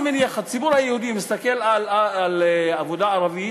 אני מניח שהציבור היהודי מסתכל על עבודה ערבית,